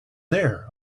there